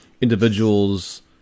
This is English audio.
individuals